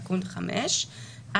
מקום ציבורי או עסקי והוראות נוספות)(תיקון מס' 5),